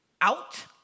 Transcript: out